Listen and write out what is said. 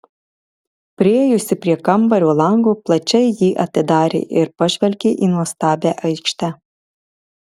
priėjusi prie kambario lango plačiai jį atidarė ir pažvelgė į nuostabią aikštę